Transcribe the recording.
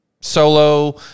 solo